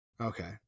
Okay